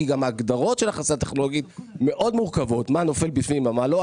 כי גם ההגדרות של הכנסה טכנולוגית מאוד מורכבות מה נופל בפנים ומה לא,